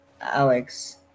Alex